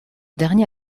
dernier